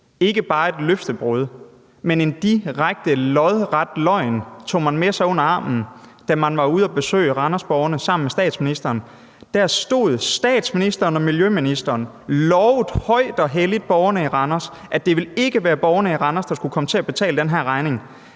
ikke bare et løftebrud, men en direkte lodret løgn – man tog med sig under armen, da man var ude at besøge randersborgerne sammen med statsministeren. Der stod statsministeren og miljøministeren og lovede højt og helligt borgerne i Randers, at det ikke ville være borgerne i Randers, der skulle komme til at betale den her regning.